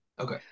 Okay